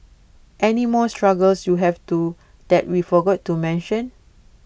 any more struggles you have do that we forgot to mention